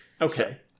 Okay